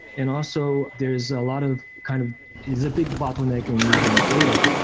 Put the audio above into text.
and also, there is a lot of kind of it is a big bottlenecking in moving data,